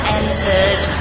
entered